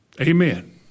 Amen